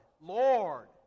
Lord